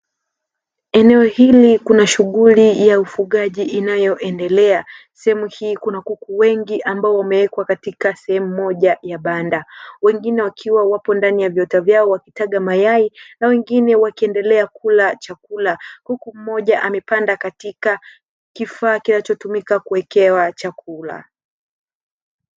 Eneo hili kuna shughuli ya ufugaji inayoendelea. Sehemu hii kuna kuku wengi ambao wamewekwa katika sehemu moja ya banda. Wengine wakiwa wapo ndani ya viota vyao wakitaga mayai na wengine wakiendelea kula chakula. Kuku mmoja amepanda katika kifaa kinachotumika kuwekewa chakula.